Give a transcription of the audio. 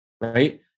right